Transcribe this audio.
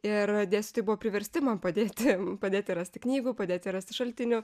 ir dėstytojai buvo priversti man padėti padėti rasti knygų padėti rasti šaltinių